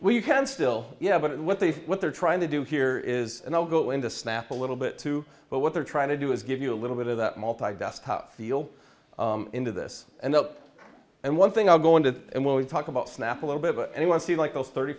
it you can still yeah but what they what they're trying to do here is and i'll go into snap a little bit too but what they're trying to do is give you a little bit of that maltese desktop feel into this and up and one thing i'm going to when we talk about snap a little bit anyone see like those thirty